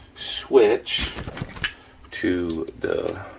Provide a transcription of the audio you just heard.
switch to the